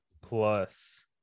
plus